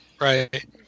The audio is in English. Right